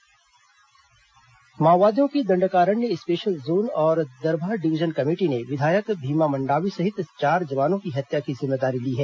माओवादी हत्या जिम्मेदारी माओवादियों की दंडकारण्य स्पेशल जोन और दरभा डिवीजन कमेटी ने विधायक भीमा मंडावी सहित चार जवानों की हत्या की जिम्मेदारी ली है